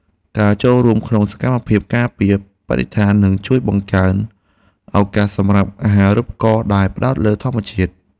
ការចូលរួមក្នុងសកម្មភាពការពារបរិស្ថាននឹងជួយបង្កើនឱកាសសម្រាប់អាហារូបករណ៍ដែលផ្តោតលើធម្មជាតិ។